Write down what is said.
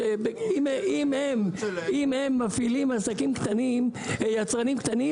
אם הם אם הם מפעילים עסקים קטנים יצרנים קטנים,